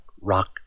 rock